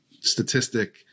Statistic